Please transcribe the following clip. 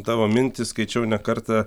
tavo mintį skaičiau ne kartą